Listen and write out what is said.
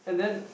and then